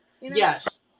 Yes